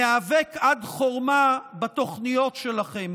ניאבק עד חורמה בתוכניות שלכם.